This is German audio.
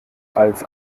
als